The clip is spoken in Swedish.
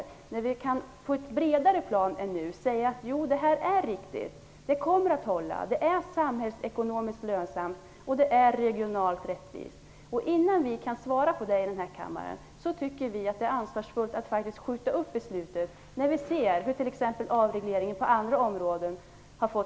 Då kan vi kanske, på ett bredare plan än nu, säga att detta är riktigt, att det kommer att hålla. Det är samhällsekonomiskt lönsamt och regionalt rättvist. Innan vi kan svara så i denna kammare tycker vi att det är ansvarsfullt att skjuta upp beslutet, när vi ser vilka konsekvenser avreglering på andra områden har fått.